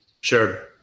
Sure